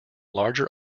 larger